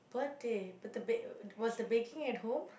birthday but the ba~ was the baking at home